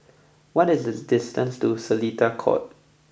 what is the distance to Seletar Court